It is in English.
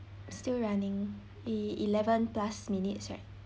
still running e~ eleven plus minutes right